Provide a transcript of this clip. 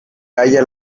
halla